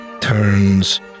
turns